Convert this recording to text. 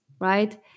right